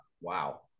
Wow